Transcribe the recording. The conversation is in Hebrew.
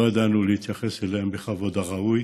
לא ידענו להתייחס אליהם בכבוד הראוי